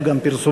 היו גם פרסומים,